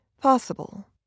possible